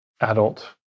adult